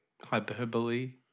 Hyperbole